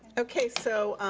okay, so,